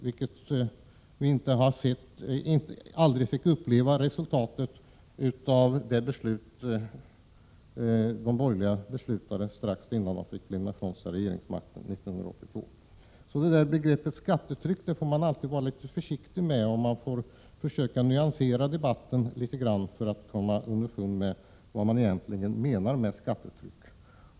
Det sista var ett beslut som fattades av en borgerlig regering 1982, strax innan den fick lämna ifrån sig regeringsmakten. Vi fick aldrig se något resultat av det beslutet. Begreppet skattetryck får man vara litet försiktig med. Man får försöka nyansera debatten för att komma underfund med vad man egentligen menar med skattetryck.